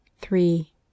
three